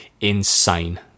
insane